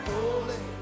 Holy